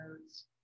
notes